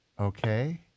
Okay